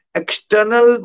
external